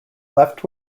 left